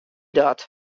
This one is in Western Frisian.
dat